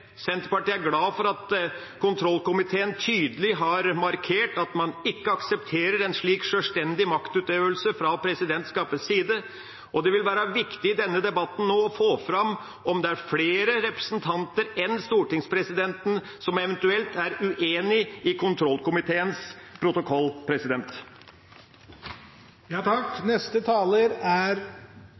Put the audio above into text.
Senterpartiet er glad for at kontroll- og konstitusjonskomiteen tydelig har markert at man ikke aksepterer en slik sjølstendig maktutøvelse fra presidentskapets side, og det vil være viktig i denne debatten nå å få fram om det er flere representanter enn stortingspresidenten som eventuelt er uenig i kontroll- og konstitusjonskomiteens protokoll. Saken om evalueringen av EOS-utvalget og komiteens innstilling er